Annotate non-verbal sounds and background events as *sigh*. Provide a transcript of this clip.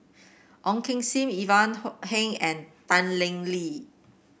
Ong Kim Seng Ivan *unintelligible* Heng and Tan Leng Lee